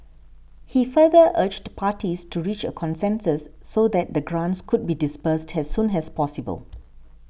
he further urged parties to reach a consensus so that the grants could be disbursed has soon has possible